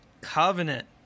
covenant